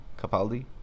Capaldi